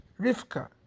rivka